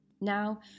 Now